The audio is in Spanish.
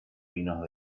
pinos